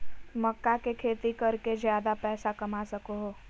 मक्का के खेती कर के ज्यादा पैसा कमा सको हो